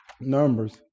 Numbers